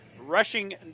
Rushing